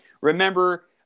Remember